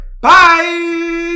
Bye